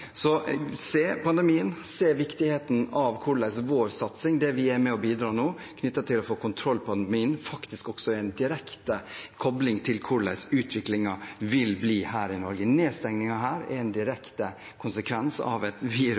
se på pandemien, se viktigheten av hvordan vår satsing, det vi er med og bidrar med for å få kontroll på pandemien, faktisk også er en direkte kobling til hvordan utviklingen vil bli her i Norge. Nedstengningen her er en direkte konsekvens av et